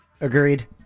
Agreed